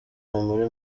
muri